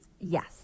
yes